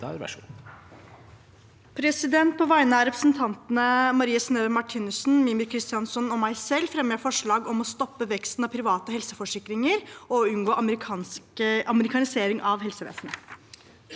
På vegne av represen- tantene Marie Sneve Martinussen, Mímir Kristjánsson og meg selv fremmer jeg forslag om å stoppe veksten av private helseforsikringer og unngå amerikanisering av helsevesenet.